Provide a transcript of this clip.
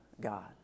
God